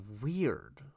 weird